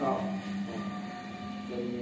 आम् आं धन्य